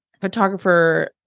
photographer